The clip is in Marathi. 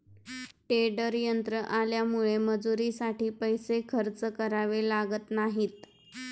टेडर यंत्र आल्यामुळे मजुरीसाठी पैसे खर्च करावे लागत नाहीत